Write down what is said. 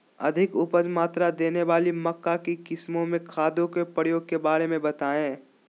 अधिक उपज मात्रा देने वाली मक्का की किस्मों में खादों के प्रयोग के बारे में बताएं?